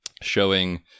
showing